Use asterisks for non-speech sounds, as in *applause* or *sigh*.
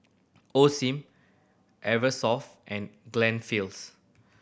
Osim Eversoft and *unintelligible*